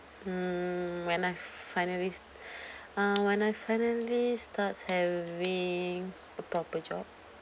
mm when I finally uh when I finally starts having a proper job